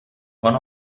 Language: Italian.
con